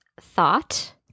thought